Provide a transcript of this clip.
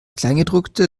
kleingedruckte